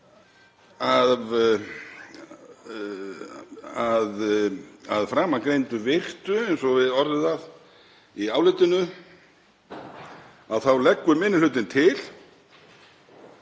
Að framangreindu virtu, eins og við orðum það í álitinu, þá leggur minni hlutinn til